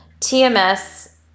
tms